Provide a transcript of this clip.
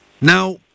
Now